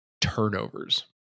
turnovers